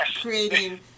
creating